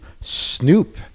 Snoop